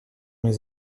les